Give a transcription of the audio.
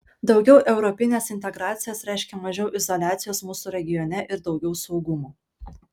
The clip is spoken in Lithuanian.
daugiau europinės integracijos reiškia mažiau izoliacijos mūsų regione ir daugiau saugumo